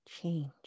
change